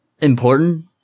important